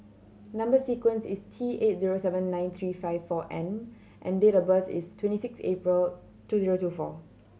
number sequence is T eight zero seven nine three five four N and date of birth is twenty six April two zero two four